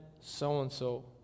so-and-so